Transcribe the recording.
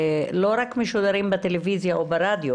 ולא רק משודרים בטלוויזיה או ברדיו.